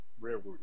railroad